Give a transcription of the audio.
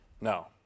No